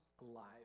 alive